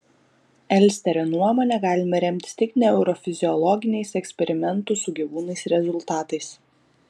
elsterio nuomone galime remtis tik neurofiziologiniais eksperimentų su gyvūnais rezultatais